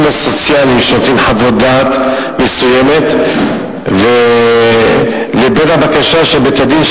הסוציאליים שנותנים חוות דעת מסוימת לבין הבקשה של בית-הדין,